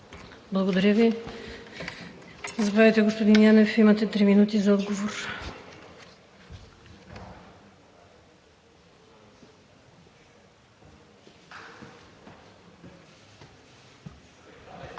Благодаря Ви. Заповядайте, господин Янев – имате три минути за отговор.